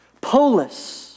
polis